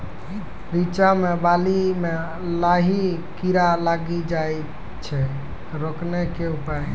रिचा मे बाली मैं लाही कीड़ा लागी जाए छै रोकने के उपाय?